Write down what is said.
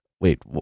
wait